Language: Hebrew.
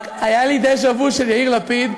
היה לי דז'ה-וו של יאיר לפיד,